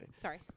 Sorry